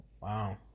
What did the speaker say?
wow